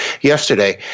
yesterday